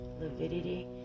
lividity